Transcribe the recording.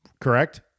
Correct